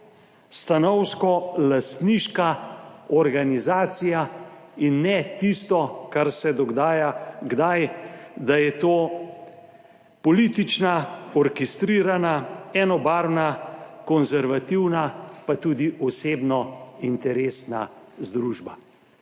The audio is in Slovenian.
stanovsko lastniška organizacija in ne tisto, kar se dogaja kdaj, da je to politična, orkestrirana, enobarvna, konservativna pa tudi osebnointeresna združba.